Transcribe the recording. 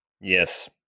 Yes